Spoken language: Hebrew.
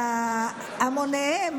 בהמוניהן.